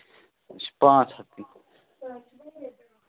أسۍ چھِ پانٛژھ ہَتھ نِوان